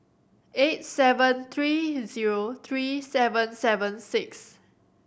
eight seven three zero three seven seven six